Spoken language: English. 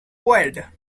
weird